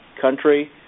country